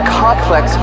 complex